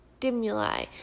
Stimuli